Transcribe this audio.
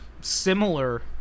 similar